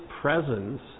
presence